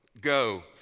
go